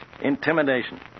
Intimidation